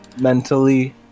Mentally